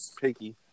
picky